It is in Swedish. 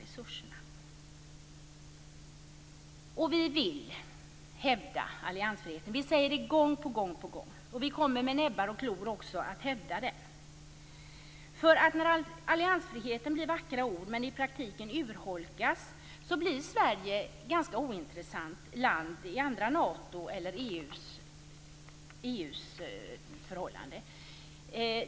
Vi säger gång på gång att vi vill hävda alliansfriheten. Vi kommer också med näbbar och klor att försvara den. När alliansfriheten blir vackra ord men i praktiken urholkas blir Sverige ett ganska ointressant land ur EU:s synvinkel.